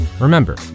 remember